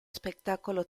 spettacolo